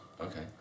Okay